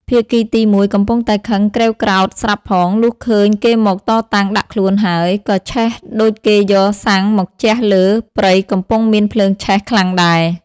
ភាគីទី១ កំពុងតែខឹងក្រេវក្រោធស្រាប់ផង លុះឃើញគេមកតតាំងដាក់ខ្លួនហើយ ក៏ឆេះដូចគេយកសាំងមកជះលើព្រៃកំពុងមានភ្លើងឆេះខ្លាំងដែរ ។